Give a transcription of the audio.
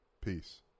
Peace